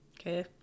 Okay